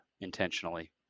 intentionally